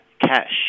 Cash